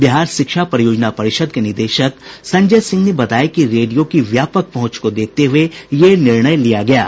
बिहार शिक्षा परियोजना परिषद के निदेशक संजय सिंह ने बताया कि रेडियो की व्यापक पहुंच को देखते हुये ये निर्णय लिया गया है